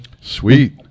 sweet